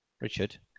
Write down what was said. Richard